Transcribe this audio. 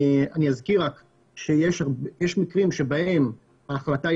אני אזכיר רק שיש מקרים שבהם ההחלטה היא